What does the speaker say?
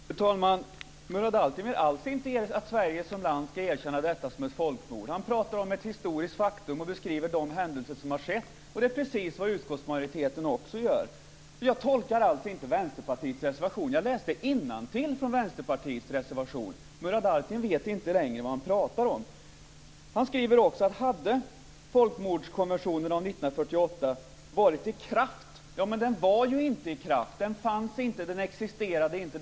Fru talman! Murad Artin vill alls inte att Sverige som land ska erkänna detta som ett folkmord. Han pratar om ett historiskt faktum och beskriver de händelser som har skett. Det är precis vad utskottsmajoriteten också gör. Jag tolkade inte Vänsterpartiets reservation utan jag läste innantill från Vänsterpartiets reservation. Murad Artin vet inte längre vad han pratar om. Han skriver också: ". 1948 års konvention, om den hade varit i kraft." Men den var inte i kraft. Den fanns inte. Den existerade inte.